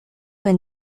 when